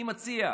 אני מציע: